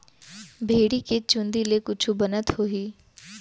भेड़ी के चूंदी ले कुछु बनत होही?